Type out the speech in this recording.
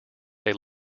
they